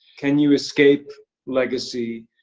can you escape legacy?